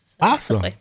Awesome